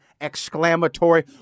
exclamatory